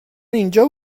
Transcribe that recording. اینجا